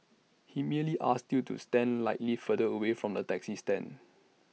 he merely asked you to stand slightly further away from the taxi stand